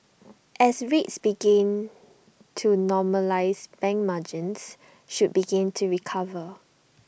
as rates begin to normalise bank margins should begin to recover